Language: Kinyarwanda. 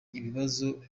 ibibazo